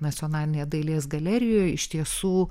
nacionalinėje dailės galerijoje iš tiesų